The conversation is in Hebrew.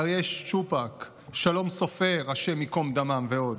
אריה שצ'ופק, שלום סופר, השם ייקום דמם, ועוד.